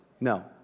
No